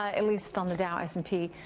at least on the dow, s and p.